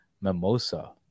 Mimosa